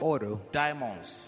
diamonds